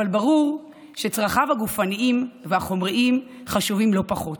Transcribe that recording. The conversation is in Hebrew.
אבל ברור שצרכיו הגופניים והחומריים חשובים לא פחות.